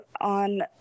on